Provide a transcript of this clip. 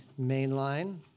Mainline